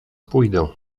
pójdę